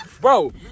Bro